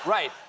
Right